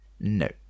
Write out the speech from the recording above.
No